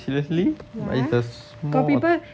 seriously but if the small one